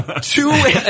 two